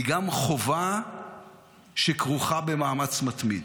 היא גם חובה שכרוכה במאמץ מתמיד.